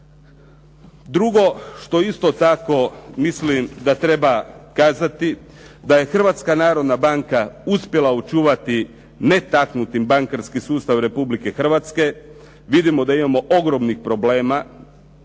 Drugo što isto tako mislim da treba kazati, da je Hrvatska narodna banka uspjela očuvati netaknutim bankarski sustav Republike Hrvatske. Vidimo da imamo ogromnih problema,